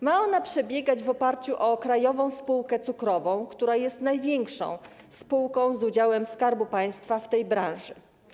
Ma ona przebiegać w oparciu o Krajową Spółkę Cukrową, która jest największą spółką z udziałem Skarbu Państwa w tej branży.